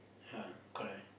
yeah correct